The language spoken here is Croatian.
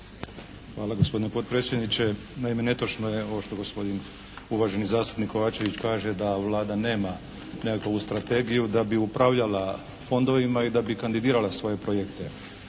Hvala gospodine potpredsjedniče. Naime, netočno je ono što gospodin uvaženi zastupnik Kovačević kaže da Vlada nema nekakvu strategiju da bi upravljala fondovima i da bi kandidirala svoje projekte.